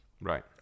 Right